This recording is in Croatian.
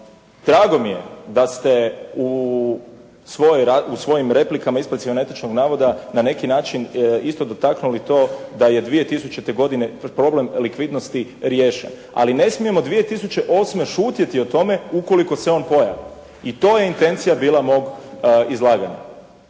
Drago mi je da ste u svojim replikama, ispravcima netočnih navoda, na neki način isto dotaknuli to da je 2000. godine problem likvidnosti riješen, ali ne smijemo 2008. šutjeti o tome ukoliko se on pojavi. I to je intencija bila mog izlaganja,